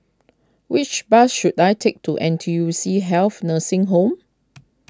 which bus should I take to N T U C Health Nursing Home